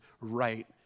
right